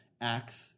acts